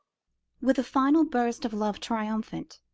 with a final burst of love triumphant,